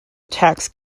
attacks